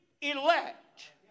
elect